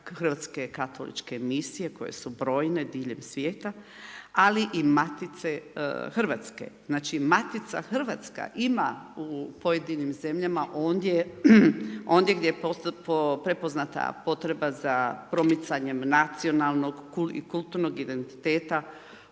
hrvatske katoličke misije koje su brojne diljem svijeta ali i Matice hrvatske. Znači Matica hrvatska ima u pojedinim zemljama onda gdje je prepoznata potreba za promicanjem nacionalnog i kulturnog identiteta